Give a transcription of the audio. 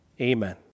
Amen